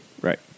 Right